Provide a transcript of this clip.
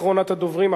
אחרונת הדוברים,